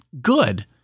good